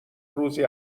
روزی